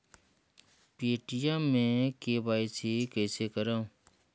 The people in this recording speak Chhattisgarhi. पे.टी.एम मे के.वाई.सी कइसे करव?